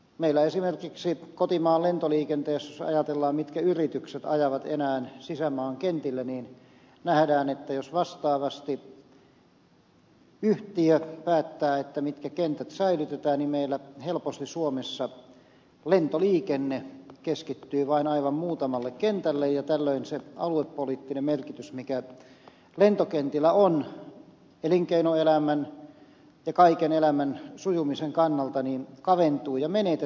jos esimerkiksi ajatellaan kotimaan lentoliikennettä ja yrityksiä jotka enää lentävät sisämaan kentille niin nähdään että jos vastaavasti yhtiö päättää mitkä kentät säilytetään niin meillä helposti suomessa lentoliikenne keskittyy vain aivan muutamalle kentälle ja tällöin se aluepoliittinen merkitys joka lentokentillä on elinkeinoelämän ja kaiken elämän sujumisen kannalta kaventuu ja menetetään